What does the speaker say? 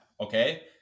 okay